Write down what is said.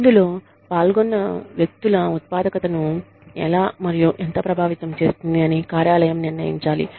ఇందులో పాల్గొన్న వ్యక్తుల ఉత్పాదకతను ఎలా మరియు ఎంత ప్రభావితం చేస్తుంది అని కార్యాలయం నిర్ణయించాలి